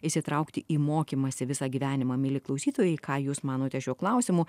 įsitraukti į mokymąsi visą gyvenimą mieli klausytojai ką jūs manote šiuo klausimu